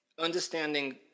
understanding